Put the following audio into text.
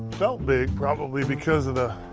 felt big probably because of the